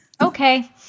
okay